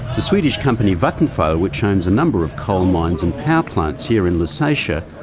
the swedish company vattenfall, which owns a number of coal mines and power plants here in lusatia,